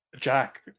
jack